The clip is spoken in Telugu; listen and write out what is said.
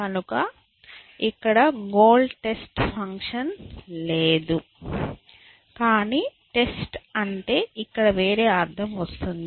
కనుక ఇక్కడ గోల్ టెస్ట్ ఫంక్షన్ లేదు కానీ టెస్ట్ అంటే ఇక్కడ వేరే అర్థం వస్తుంది